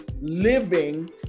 living